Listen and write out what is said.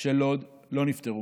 של לוד לא נפתרו.